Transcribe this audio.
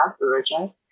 origin